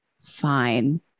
fine